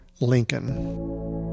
Lincoln